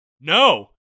no